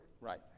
Right